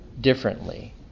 differently